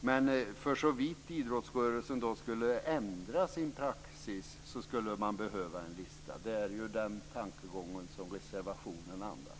Men försåvitt idrottsrörelsen skulle ändra sin praxis skulle man behöva en lista. Det är den tankegång som reservationen andas.